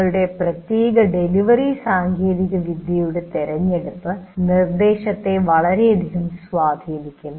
നിങ്ങളുടെ പ്രത്യേക ഡെലിവറി സാങ്കേതികവിദ്യയുടെ തിരഞ്ഞെടുപ്പ് നിർദ്ദേശത്തെ വളരെയധികം സ്വാധീനിക്കും